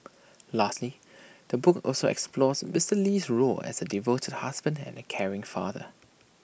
lastly the book also explores Mister Lee's role as A devoted husband and caring father